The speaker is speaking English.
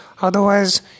otherwise